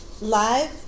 live